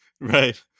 Right